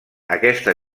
aquesta